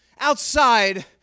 outside